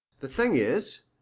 the thing is,